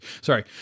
sorry